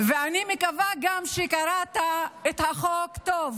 ואני מקווה גם שקראת את החוק טוב.